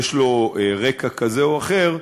יש לו רקע כזה או אחר,